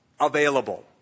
available